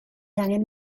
angen